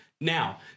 Now